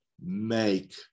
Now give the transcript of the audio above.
make